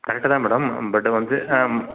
கரெக்ட்டுதான் madam but வந்து